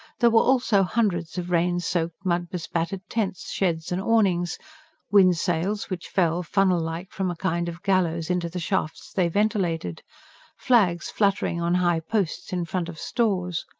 there were also hundreds of rain-soaked, mud-bespattered tents, sheds and awnings wind-sails, which fell, funnel-like, from a kind of gallows into the shafts they ventilated flags fluttering on high posts in front of stores.